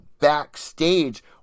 backstage